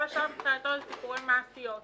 כל השאר, אלה סיפורי מעשיות מבחינתו.